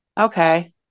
Okay